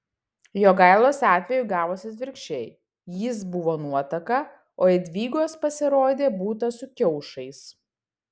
jogailos atveju gavosi atvirkščiai jis buvo nuotaka o jadvygos pasirodė būta su kiaušais